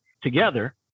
together